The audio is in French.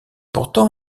pourtant